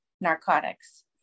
narcotics